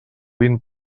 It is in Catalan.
vint